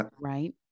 right